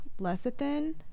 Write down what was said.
lecithin